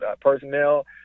personnel